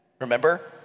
Remember